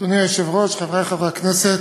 אדוני היושב-ראש, חברי חברי הכנסת,